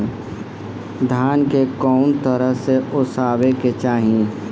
धान के कउन तरह से ओसावे के चाही?